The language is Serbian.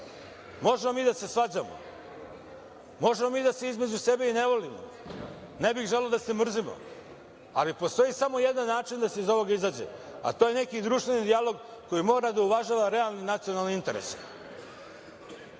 Možemo mi da se svađamo, možemo mi da se između sebe i ne volimo, ne bih želeo da se mrzimo, ali postoji samo jedan način da se iz ovoga izađe, a to je neki društveni dijalog koji mora da uvažava realne nacionalne interese.